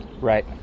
Right